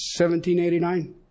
1789